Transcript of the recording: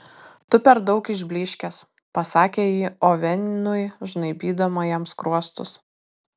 tu per daug išblyškęs pasakė ji ovenui žnaibydama jam skruostus